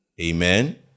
Amen